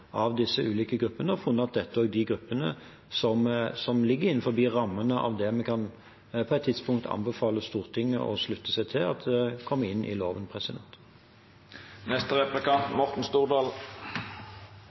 av disse ulike gruppene og funnet at dette er de gruppene som ligger innenfor rammene av det vi på et tidspunkt kan anbefale Stortinget å slutte seg til kommer inn i loven.